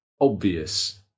obvious